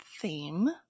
theme